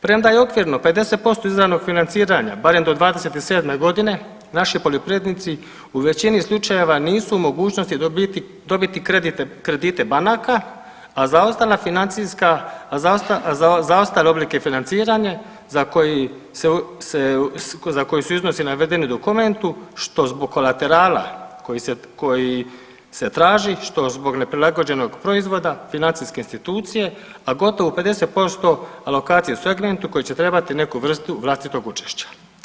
Premda je okvirno 50% izravnog financiranja barem do 2027. godine naši poljoprivrednici u većini slučajeva nisu u mogućnosti dobiti kredite banaka, a za ostale oblike financiranja za koji su iznosi navedeni u dokumentu što zbog kolaterala koji se traži, što zbog neprilagođenog proizvoda financijske institucije, a gotovo 50% alokacije u segmentu koji će trebati neku vrstu vlastitog učešća.